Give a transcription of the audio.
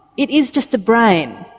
it is just a brain.